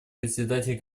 председателей